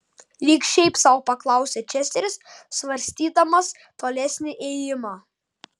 lyg šiaip sau paklausė česteris svarstydamas tolesnį ėjimą